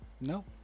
no